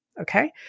Okay